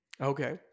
Okay